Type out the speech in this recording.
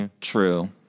True